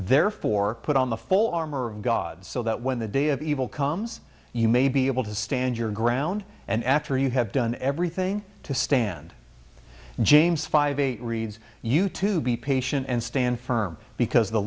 therefore put on the full armor of god so that when the day of evil comes you may be able to stand your ground and after you have done everything to stand james five eight reads you to be patient and stand firm because the